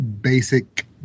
basic